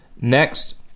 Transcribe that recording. Next